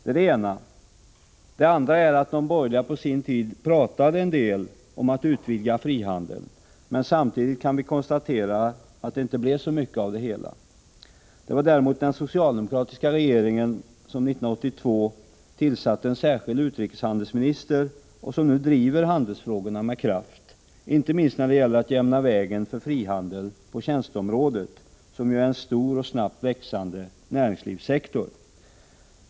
För det andra talade de borgerliga på sin tid en del om att utvidga frihandeln, men samtidigt kan vi konstatera att det inte blev så mycket av det hela. Däremot tillsatte den socialdemokratiska regeringen 1982 en särskild utrikeshandelsminister, som nu driver handelsfrågorna med kraft, inte minst när det gäller att jämna vägen för frihandel på tjänsteområdet, som ju är en stor och snabbt växande näringslivssektor.